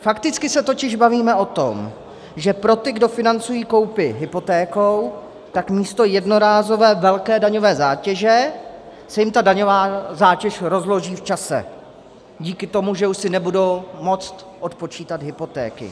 Fakticky se totiž bavíme o tom, že pro ty, kdo financují koupi hypotékou, tak místo jednorázové velké daňové zátěže se jim tam daňová zátěž rozloží v čase díky tomu, že už si nebudou moct odpočítat hypotéky.